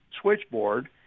switchboard